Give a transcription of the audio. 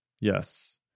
Yes